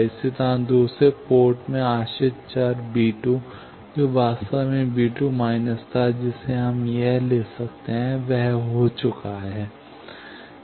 इसी तरह दूसरे पोर्ट में आश्रित चर V 2 जो वास्तव में था जिसे हम लिख सकते हैं वह हो चुका है